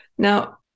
Now